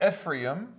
Ephraim